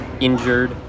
injured